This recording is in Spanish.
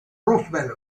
roosevelt